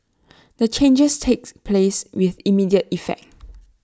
the changes takes place with immediate effect